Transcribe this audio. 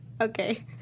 Okay